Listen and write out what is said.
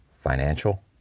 financial